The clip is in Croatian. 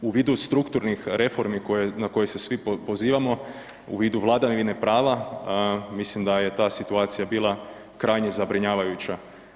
U vidu strukturnih reformi na koje se svi pozivamo, u vidu vladavine prava mislim da je ta situacija bila krajnje zabrinjavajuća.